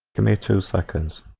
kidney two seconds